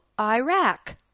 Iraq